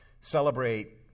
celebrate